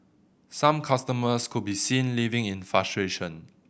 some customers could be seen leaving in frustration